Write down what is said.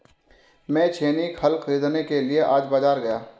मैं छेनी हल खरीदने के लिए आज बाजार गया